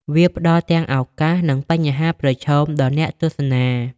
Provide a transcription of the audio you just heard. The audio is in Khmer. វាផ្តល់ទាំងឱកាសនិងបញ្ហាប្រឈមដល់អ្នកទស្សនា។